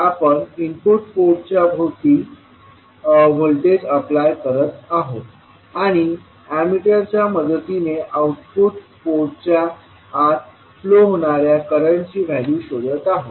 आपण इनपुट पोर्टच्या भोवती व्होल्टेज अप्लाय करत आहोत आणि एमिटरच्या मदतीने आउटपुट पोर्टच्या आत फ्लो होणाऱ्या करंटची व्हॅल्यू शोधत आहोत